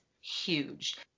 huge